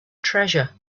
treasure